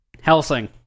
Helsing